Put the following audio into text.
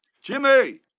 Jimmy